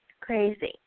crazy